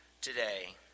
today